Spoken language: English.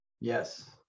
yes